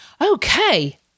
okay